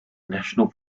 national